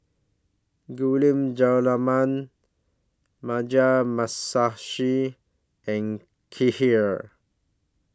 Gulab Jamun Mugi Masashi and Kheer